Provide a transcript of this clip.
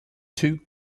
two